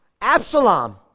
Absalom